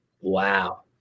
Wow